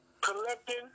collecting